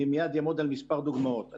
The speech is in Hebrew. אני מייד אעמוד על מספר דוגמאות.